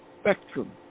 spectrum